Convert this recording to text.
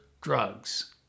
drugs